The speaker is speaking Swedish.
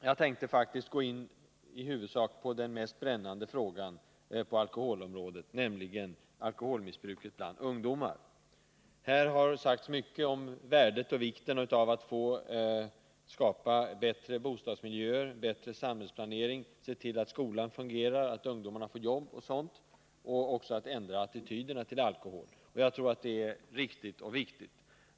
Jag tänkte i huvudsak tala om den mest brännande frågan på alkoholområdet, nämligen alkoholmissbruket bland ungdomar. Här har sagts mycket om värdet av att skapa bättre boendemiljö och bättre samhällsplanering, se till att skolan fungerar och att ungdomarna får jobb samt att ändra attityderna till alkohol, och jag tror det är riktigt och viktigt.